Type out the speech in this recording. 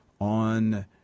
on